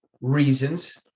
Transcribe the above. reasons